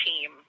team